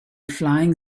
flying